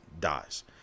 dies